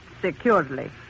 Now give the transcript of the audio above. securely